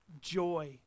joy